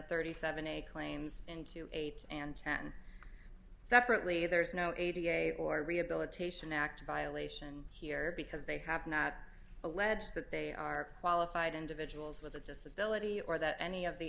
thirty seven a claims into eight and ten separately there's no eighty eight or rehabilitation act violation here because they have not alleged that they are qualified individuals with a disability or that any of the